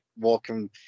walking